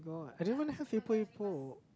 oh I don't even have epok epok